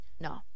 No